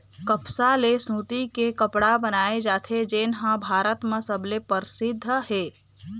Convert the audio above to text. कपसा ले सूती के कपड़ा बनाए जाथे जेन ह भारत म सबले परसिद्ध हे